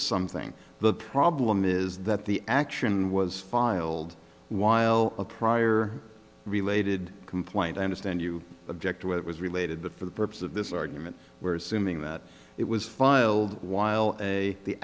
something the problem is that the action was filed while a prior related complaint i understand you object to it was related but for the purpose of this argument where assuming that it was filed while a the